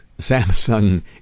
Samsung